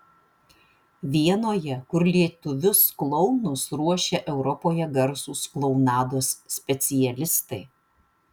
vienoje kur lietuvius klounus ruošia europoje garsūs klounados specialistai